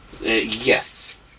Yes